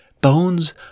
bones